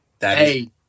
Hey